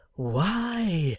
why,